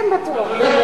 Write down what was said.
יותר טוב מכם, בטוח.